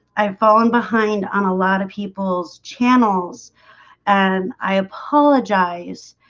i've fallen behind on a lot of people's channels and i apologize